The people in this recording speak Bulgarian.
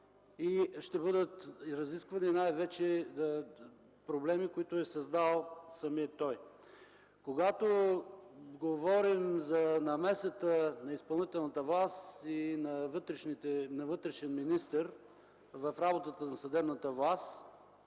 и ще бъдат разисквани най-вече проблеми, които е създал самият той. Когато говорим за намесата на изпълнителната власт и на вътрешен министър в работата на съдебната власт,